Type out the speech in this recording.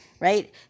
right